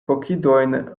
kokidojn